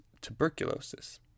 tuberculosis